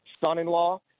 son-in-law